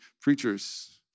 preachers